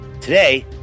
Today